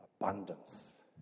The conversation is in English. abundance